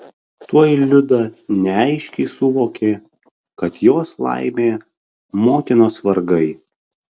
tuoj liuda neaiškiai suvokė kad jos laimė motinos vargai